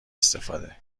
استفاده